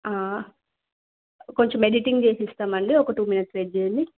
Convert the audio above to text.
కొంచెం ఎడిటింగ్ చేసిస్తామండి ఒక టూ మినిట్స్ వెయిట్ చేయండి